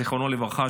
זיכרונו לברכה,